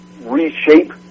reshape